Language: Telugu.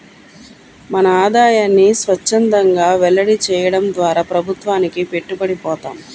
మన ఆదాయాన్ని స్వఛ్చందంగా వెల్లడి చేయడం ద్వారా ప్రభుత్వానికి పట్టుబడి పోతాం